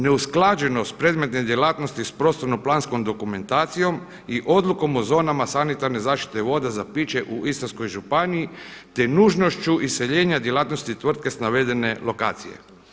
Neusklađenost predmetne djelatnosti sa prostorno planskom dokumentacijom i odlukom o zonama sanitarne zaštite voda za piće u Istarskoj županiji te nužnošću iseljenja djelatnosti tvrtke sa navedene lokacije.